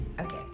okay